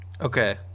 Okay